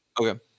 okay